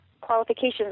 qualifications